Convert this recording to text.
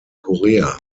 korea